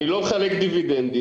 אני לא מחלק דיבידנדים,